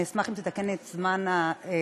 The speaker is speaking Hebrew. אני אשמח אם תתקן לי את זמן הדיבור,